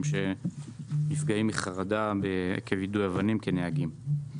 שנפגעים מחרדה עקב יידוי אבנים כנהגים.